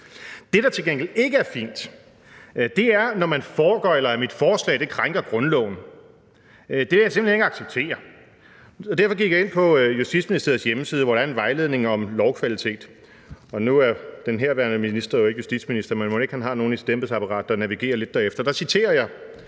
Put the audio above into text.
Det, der til gengæld ikke er fint, er, når man foregøgler, at mit forslag krænker grundloven. Det vil jeg simpelt hen ikke acceptere, og derfor gik jeg ind på Justitsministeriets hjemmeside, hvor der er en vejledning om lovkvalitet – og nu er den herværende minister jo ikke justitsminister, men mon ikke man har nogen i sit embedsapparat, den navigerer lidt derefter? – og nu citerer jeg: